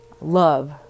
Love